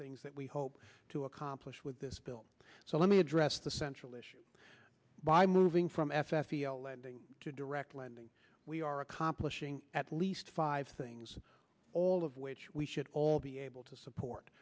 things that we hope to accomplish with this bill so let me address the central issue by moving from f s d o lending to direct lending we are complicating at least five things all of which we should all be able to support